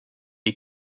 est